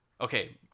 okay